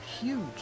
huge